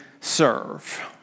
serve